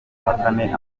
ahakane